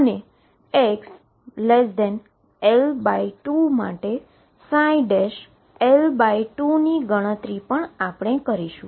અને xL2 માટે L2 ની ગણતરી પણ આપણે કરીશુ